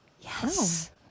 Yes